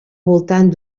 voltant